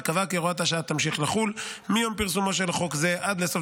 וקבעה כי הוראת השעה תמשיך לחול מיום פרסומו של חוק זה עד לסוף